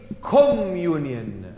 Communion